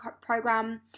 program